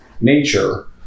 nature